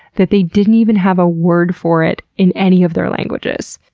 that they didn't even have a word for it in any of their languages.